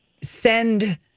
send